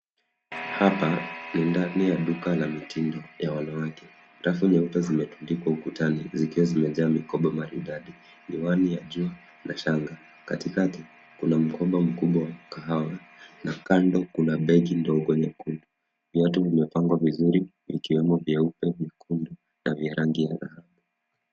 Hapa ni ndani ya duka la mitindo ya wanawake. Rafu nyeupe zimetundikwa ukutani, zikiwa zimejaa mikoba maridadi, miwani ya jua na shanga. Katikati kuna mkoba mkubwa wa kahawa na kando kuna begi ndogo nyekundu. Vyote vimepangwa vizuri, vikiwemo vyeupe, vyekundu, na vya rangi ya dhahabu.